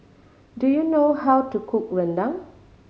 do you know how to cook rendang